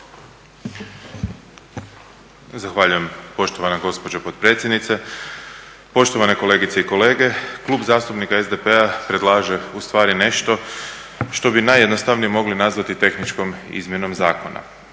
Zahvaljujem poštovana gospođo potpredsjednice. Poštovane kolegice i kolege. Klub zastupnika SDP-a predlaže ustvari nešto što bi najjednostavnije mogli nazvati tehničkom izmjenom zakona.